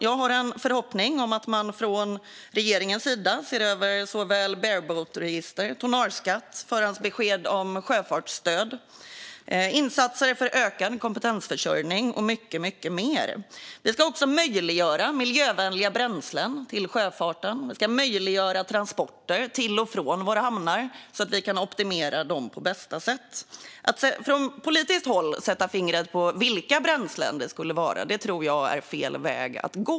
Jag har en förhoppning om att man från regeringens sida ser över såväl bareboatregister och tonnageskatt som förhandsbesked om sjöfartsstöd, insatser för kompetensförsörjning och mycket mer. Vi ska också möjliggöra miljövänliga bränslen till sjöfarten liksom transporter till och från våra hamnar så att vi kan optimera dem på bästa sätt. Att från politiskt håll sätta fingret på vilka bränslen det skulle vara tror jag är fel väg att gå.